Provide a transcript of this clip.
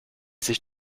sich